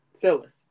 Phyllis